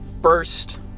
burst